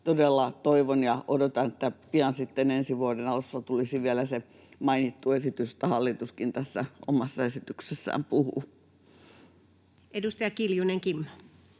todella toivon ja odotan, että sitten ensi vuoden alussa tulisi pian vielä se mainittu esitys, josta hallituskin tässä omassa esityksessään puhuu. [Speech